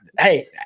Hey